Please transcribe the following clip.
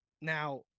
Now